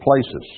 places